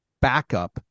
backup